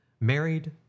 married